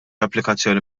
applikazzjoni